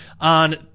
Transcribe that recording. on